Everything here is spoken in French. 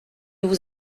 vous